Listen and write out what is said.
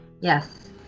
Yes